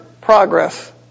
progress